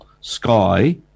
Sky